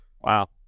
Wow